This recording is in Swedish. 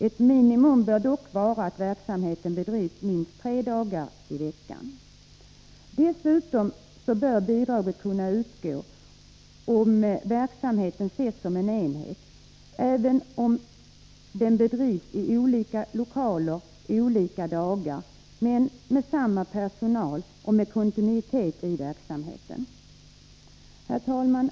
Ett minimum bör dock vara att verksamheten bedrivs minst tre dagar i veckan. Dessutom bör bidrag kunna utgå och verksamheten ses som en enhet även om verksamheten bedrivs i olika lokaler, olika dagar men med samma personal och med kontinuitet i verksamheten. Herr talman!